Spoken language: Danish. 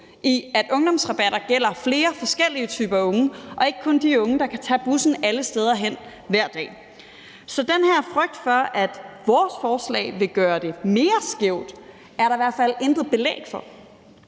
i, at ungdomsrabatter gælder flere forskellige typer unge og ikke kun de unge, der kan tage bussen alle steder hen hver dag. Så den her frygt for, at vores forslag vil gøre det mere skævt, er der i hvert fald intet belæg for.